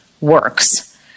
works